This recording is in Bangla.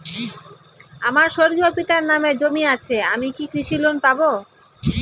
আমার স্বর্গীয় পিতার নামে জমি আছে আমি কি কৃষি লোন পাব?